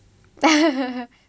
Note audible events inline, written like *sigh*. *laughs*